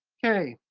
okay,